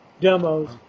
demos